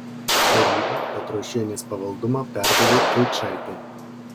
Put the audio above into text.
taryba petrošienės pavaldumą perdavė eičaitei